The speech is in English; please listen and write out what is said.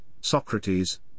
Socrates